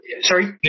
Sorry